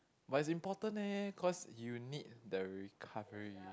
but it's important eh cause you need the recovery